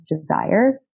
desire